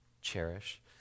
cherish